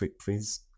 please